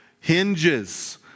hinges